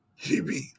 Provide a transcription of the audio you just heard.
GB